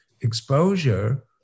exposure